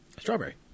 Strawberry